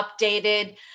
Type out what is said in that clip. updated